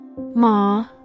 Ma